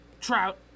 Trout